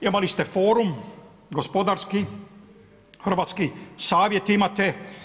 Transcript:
Imali ste forum gospodarski, hrvatski, savjet imate.